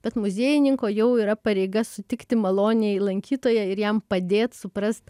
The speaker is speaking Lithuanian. bet muziejininko jau yra pareiga sutikti maloniai lankytoją ir jam padėt suprast